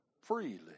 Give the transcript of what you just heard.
Freely